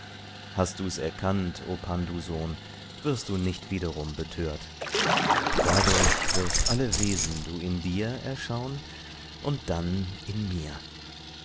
hast du's erkannt o pndu sohn wirst du nicht wiederum betört dadurch wirst alle wesen du in dir erschaun und dann in mir